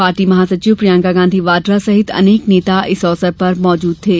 party महासचिव प्रियंका गांधी वाड्रा सहित अनेक नेता इस अवसर पर मौजूद थे